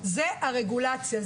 זאת הרגולציה.